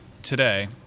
today